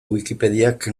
wikipediak